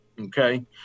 okay